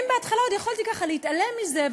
אם בהתחלה עוד יכולתי להתעלם מזה,